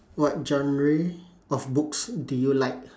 what genre of books do you like